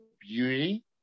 beauty